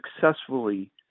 successfully